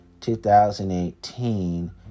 2018